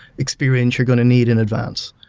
experience you're going to need in advance.